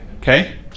Okay